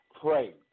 pray